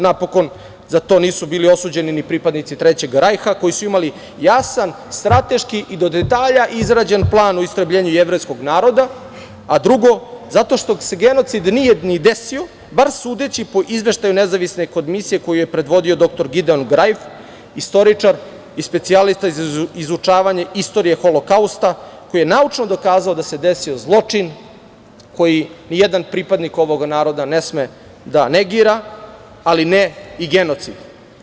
Napokon, za to nisu bili osuđeni ni pripadnici Trećeg rajha koji su imali jasan strateški i do detalja izrađen plan o istrebljenju jevrejskog naroda, a drugo, zato što se genocid nije ni desio, bar sudeći po izveštaje nezavisne komisije koju je predvodio dr Giden Grajf, istoričar i specijalista za izučavanje istorije Holokausta, koji je naučno dokazao da se desio zločin koji nijedan pripadnik ovog naroda ne sme da negira, ali ne i genocid.